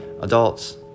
adults